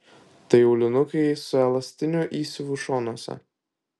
tai aulinukai su elastiniu įsiuvu šonuose